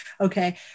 okay